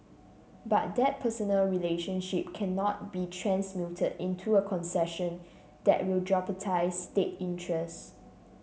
but that personal relationship cannot be transmuted into a concession that will jeopardise state interests